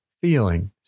feelings